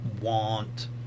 want